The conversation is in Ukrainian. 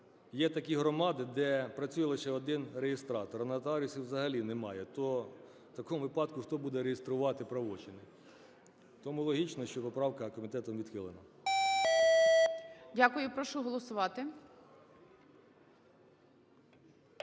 є такі громади, де працює лише один реєстратор, нотаріусів взагалі немає. То в такому випадку хто буде реєструвати правочини? Тому логічно, що поправка комітетом відхилена. ГОЛОВУЮЧИЙ. Дякую. Прошу голосувати.